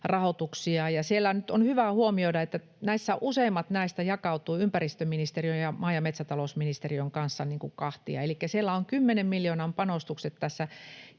rahoituksia. Siellä on nyt hyvä huomioida, että useimmat näistä jakautuvat ympäristöministeriön ja maa- ja metsätalousministeriön kanssa kahtia. Elikkä siellä on kymmenen miljoonan panostukset